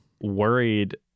worried